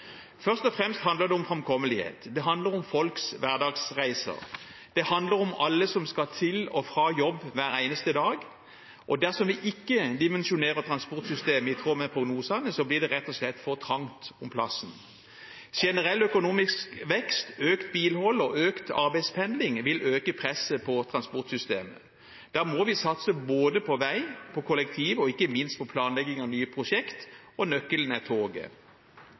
Først og fremst handler det om framkommelighet. Det handler om folks hverdagsreiser. Det handler om alle som skal til og fra jobb hver eneste dag. Dersom vi ikke dimensjonerer transportsystemet i tråd med prognosene, blir det rett og slett for trangt om plassen. Generell økonomisk vekst, økt bilhold og økt arbeidspendling vil øke presset på transportsystemet. Da må vi satse på både vei, kollektiv og ikke minst planlegging av nye prosjekt – og nøkkelen er toget.